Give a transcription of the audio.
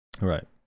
Right